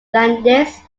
landis